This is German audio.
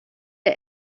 der